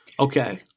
Okay